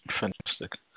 Fantastic